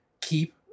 keep